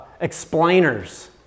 explainers